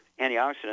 antioxidant